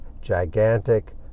gigantic